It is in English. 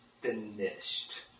finished